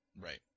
Right